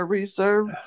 reserve